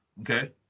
Okay